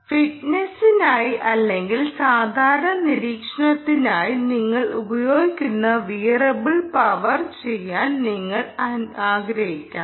ഫിറ്റ്നെസിനായി അല്ലെങ്കിൽ സാധാരണ നിരീക്ഷണത്തിനായി നിങ്ങൾ ഉപയോഗിക്കുന്ന വിയറബിൾ പവർ ചെയ്യാൻ നിങ്ങൾ ആഗ്രഹിക്കാം